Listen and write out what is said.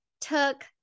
took